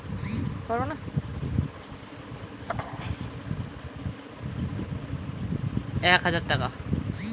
প্রতি গ্রাম সোনাতে কত টাকা ঋণ পাওয়া যাবে?